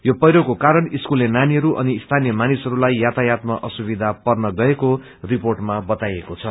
यो पैह्रोको कारण स्कूले नानीहरू अनि स्थानिय मानिसहस्लाई यातायातमा असुबिधा पर्न गएको रिर्पोटमा बताइएको छ